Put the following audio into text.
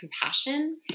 compassion